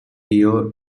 pure